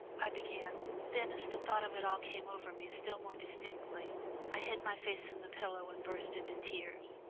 i began then as the thought of it all came over me still more distinctly i hid my face in the pillow and burst into tears.